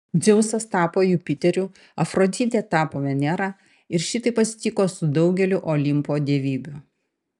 dzeusas tapo jupiteriu afroditė tapo venera ir šitaip atsitiko su daugeliu olimpo dievybių